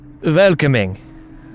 welcoming